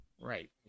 right